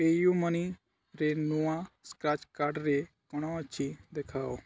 pay ୟୁ ମନିରେ ନୂଆ ସ୍କ୍ରାଚ୍ କାର୍ଡ଼ରେ କ'ଣ ଅଛି ଦେଖାଅ